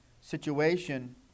situation